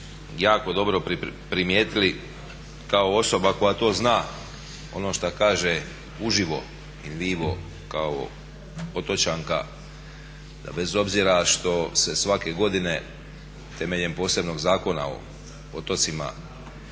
jako dobro primijetili kao osoba koja to zna ono što kaže uživo in vivo kao otočanka da bez obzira što se svake godine temeljem posebno Zakona o otocima